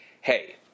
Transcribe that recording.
hey